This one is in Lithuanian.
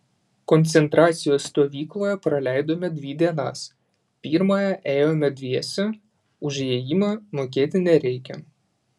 koncentracijos stovykloje praleidome dvi dienas pirmąją ėjome dviese už įėjimą mokėti nereikia